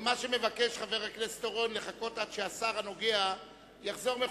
מה שמבקש חבר הכנסת אורון זה לחכות עד שהשר הנוגע בדבר יחזור